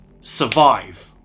survive